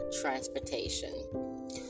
transportation